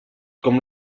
com